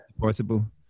possible